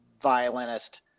violinist